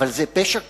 אבל זה פשע כפול: